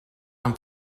amb